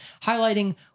highlighting